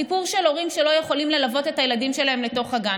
גם הסיפור של הורים שלא יכולים ללוות את הילדים שלהם לתוך הגן.